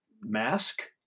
mask